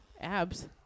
abs